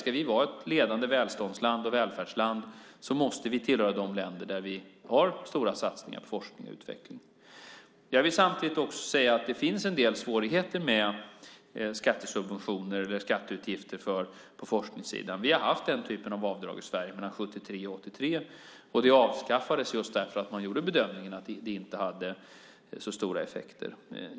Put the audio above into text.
Ska vi vara ett ledande välståndsland och välfärdsland måste vi tillhöra de länder som gör stora satsningar på forskning och utveckling. Jag vill samtidigt säga att det finns en del svårigheter med skattesubventioner eller skatteutgifter på forskningssidan. Vi har haft den typen av avdrag i Sverige mellan 1973 och 1983, och det avskaffades just därför att man gjorde bedömningen att det inte hade så stora effekter.